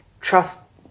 trust